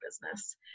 business